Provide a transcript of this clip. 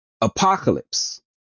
Apocalypse